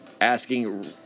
asking